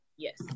Yes